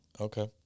Okay